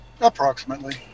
approximately